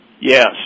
Yes